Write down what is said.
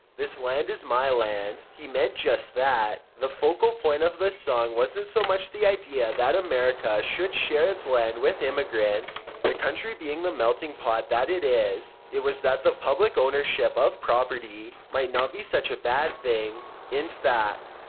this land is my land, he meant just that. the focal point of the song wasn't so much the idea that america should share its land with immigrants, the country being the melting pot that it is it was that the public ownership of property might not be such a bad thing. in fact,